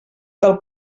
del